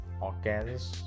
organs